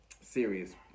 serious